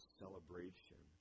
celebration